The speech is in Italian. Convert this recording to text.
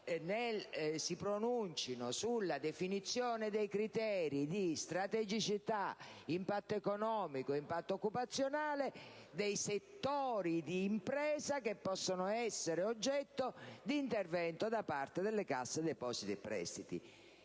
si pronuncino sulla definizione dei criteri di strategicità, impatto economico e impatto occupazionale dei settori di impresa che possono essere oggetto di intervento da parte della Cassa depositi e prestiti.